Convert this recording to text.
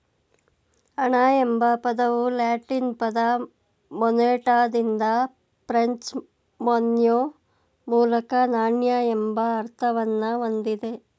ಹಣ ಎಂಬ ಪದವು ಲ್ಯಾಟಿನ್ ಪದ ಮೊನೆಟಾದಿಂದ ಫ್ರೆಂಚ್ ಮೊನ್ಯೆ ಮೂಲಕ ನಾಣ್ಯ ಎಂಬ ಅರ್ಥವನ್ನ ಹೊಂದಿದೆ